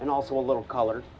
and also a little color